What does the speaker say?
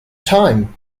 time